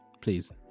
Please